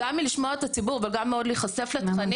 גם מלשמוע את הציבו רוגם להיחשף לתכנים